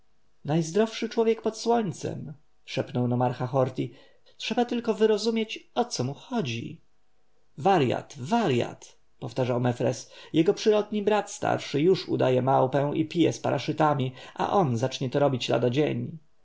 warjatem najzdrowszy człowiek pod słońcem szepnął nomarcha horti trzeba tylko wyrozumieć o co mu chodzi warjat warjat powtarzał mefres jego przyrodni brat starszy już udaje małpę i pije z paraszytami a on zacznie to robić lada dzień